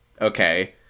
Okay